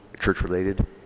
church-related